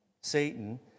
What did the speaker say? Satan